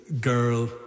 girl